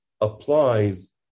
applies